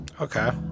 Okay